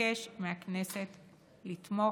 נבקש מהכנסת לתמוך.